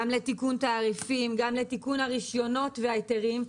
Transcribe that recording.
גם לתיקון תעריפים, גם לתיקון הרישיונות וההיתרים.